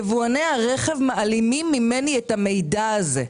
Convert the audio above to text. יבואני הרכב מעלימים ממני את המידע הזה.